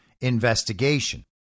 investigation